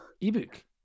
Ebook